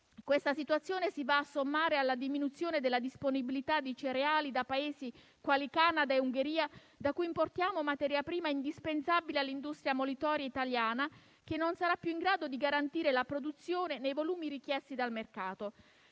Questa situazione si va a sommare alla diminuzione della disponibilità di cereali da Paesi quali Canada e Ungheria, da cui importiamo materia prima indispensabile all'industria molitoria italiana, che non sarà più in grado di garantire la produzione nei volumi richiesti dal mercato.